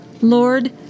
Lord